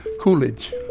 Coolidge